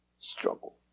struggle